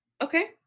Okay